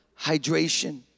hydration